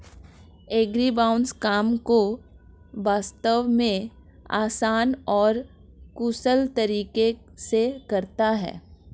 agribots काम को वास्तव में आसान और कुशल तरीके से करता है